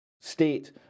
state